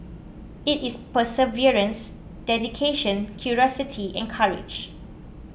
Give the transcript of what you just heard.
it is perseverance dedication curiosity and courage